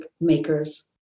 makers